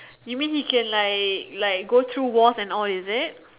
you mean he can like like go through walls and all is it